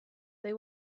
they